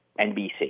NBC